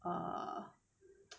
err